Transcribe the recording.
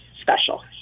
special